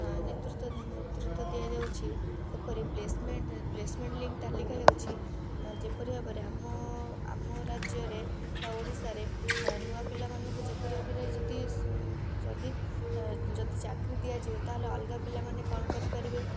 ନେତୃତ୍ୱ ନେତୃତ୍ୱ ଦିଆଯାଉଛି ତାପରେ ପ୍ଲେସ୍ମେଣ୍ଟ ପ୍ଳେସ୍ମେଣ୍ଟ ଲିଙ୍କ୍ ତାଲିକା ହେଉଛି ଯେପରି ଭାବରେ ଆମ ଆମ ରାଜ୍ୟରେ ବା ଓଡ଼ିଶାରେ ନୂଆ ପିଲାମାନଙ୍କୁ ଯେପରି ଭାବରେ ଯଦି ଯଦି ଯଦି ଚାକିରି ଦିଆଯିବ ତା'ହେଲେ ଅଲଗା ପିଲାମାନେ କ'ଣ କରିପାରିବେ